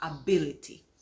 ability